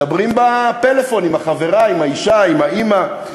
מדברים בפלאפון, עם החברה, עם האישה, עם האימא.